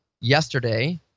yesterday